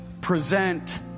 present